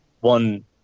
one